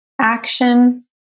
action